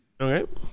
Okay